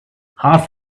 half